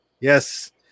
Yes